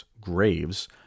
Graves